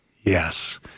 Yes